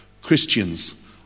Christians